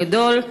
החופש הגדול,